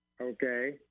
Okay